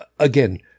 Again